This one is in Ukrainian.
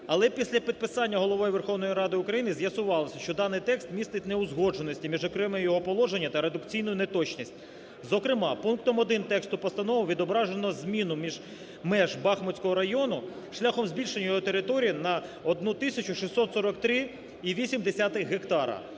Але після підписання Головою Верховної Ради України з'ясувалося, що даний текст містить неузгодженості між окремими його положеннями та редакційну неточність. Зокрема пунктом 1 тексту постанови відображено зміну меж Бахмутського району шляхом збільшення його території на 1 тисячу 643,8 гектара.